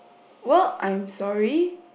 well I'm sorry